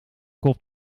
kop